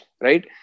right